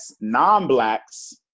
non-blacks